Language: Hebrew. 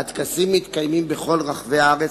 הטקסים מתקיימים בכל רחבי הארץ,